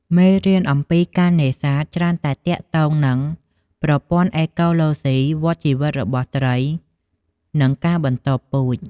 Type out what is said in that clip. មេរៀនអំំពីការនេសាទច្រើនតែទាក់ទងនឺងប្រព័ន្ធអេកូឡូសុី វដ្តជីវិតរបស់ត្រី និងការបន្តពូជ។